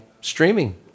streaming